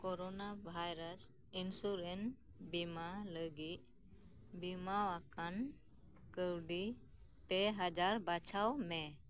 corona virus insurance ᱵᱤᱢᱟᱹ ᱞᱟᱹᱜᱤᱫ ᱵᱤᱢᱟᱹᱣᱟᱠᱟᱱ ᱠᱟᱣᱰᱤ ᱯᱮ ᱦᱟᱡᱟᱨ ᱵᱟᱪᱷᱟᱣ ᱢᱮ